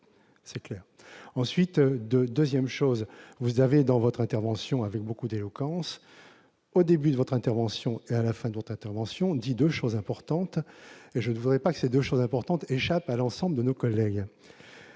ensuite de 2ème chose vous avez dans votre intervention, avec beaucoup d'éloquence au début de votre intervention et à la fin d'autres interventions dit 2 choses importantes, et je ne voudrais pas que ces 2 choses importantes échappent à l'ensemble de nos collègues,